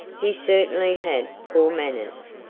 he certainly had poor manners.